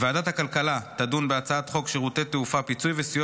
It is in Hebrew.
ועדת הכלכלה תדון בהצעת חוק שירותי תעופה (פיצוי וסיוע